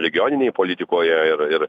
regioninėj politikoje ir ir